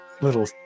little